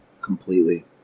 completely